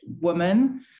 woman